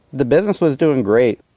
the business was doing great.